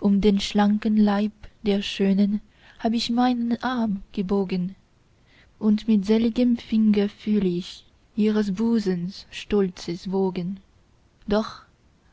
um den schlanken leib der schönen hab ich meinen arm gebogen und mit selgem finger fühl ich ihres busens stolzes wogen doch